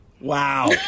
wow